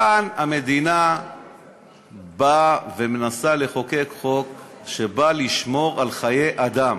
כאן המדינה באה ומנסה לחוקק חוק שבא לשמור על חיי אדם.